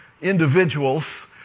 individuals